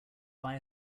buy